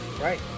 Right